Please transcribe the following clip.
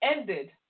ended